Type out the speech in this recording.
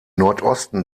nordosten